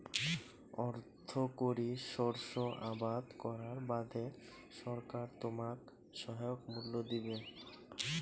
অর্থকরী শস্য আবাদ করার বাদে সরকার তোমাক সহায়ক মূল্য দিবে